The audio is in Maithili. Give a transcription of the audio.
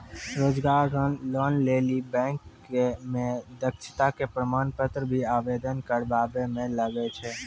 रोजगार लोन लेली बैंक मे दक्षता के प्रमाण पत्र भी आवेदन करबाबै मे लागै छै?